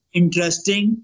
interesting